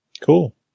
Cool